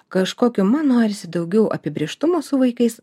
kažkokių man norisi daugiau apibrėžtumo su vaikais